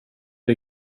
det